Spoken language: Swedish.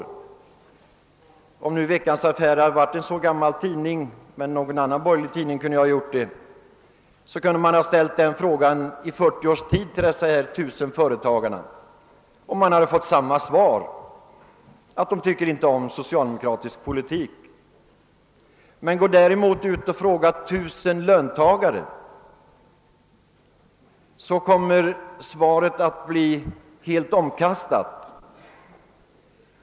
Jag vet att Veckans Affärer inte är en så gammal tidning, men någon annan borgerlig tidning kunde i 35 års tid ha ställt den frågan till dessa tusen företagare, och man hade fått samma svar: att de inte tycker om socialdemokratisk politik. Om man däremot går ut och frågar tusen löntagare, så kommer svaret att bli helt annorlunda.